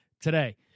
today